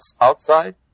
outside